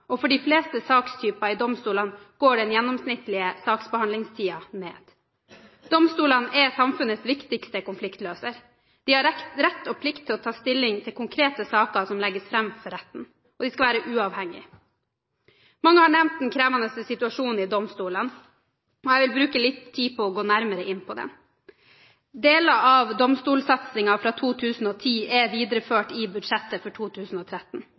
og for de fleste sakstyper i domstolene går den gjennomsnittlige saksbehandlingstiden ned. Domstolene er samfunnets viktigste konfliktløsere. De har rett og plikt til å ta stilling til konkrete saker som legges fram for retten, og de skal være uavhengige. Mange har nevnt den krevende situasjonen i domstolene, og jeg vil bruke litt tid på å gå nærmere inn på den. Deler av domstolsatsingen fra 2010 er videreført i budsjettet for 2013.